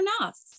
enough